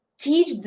teach